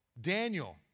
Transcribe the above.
Daniel